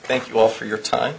thank you all for your time